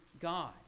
God